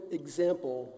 example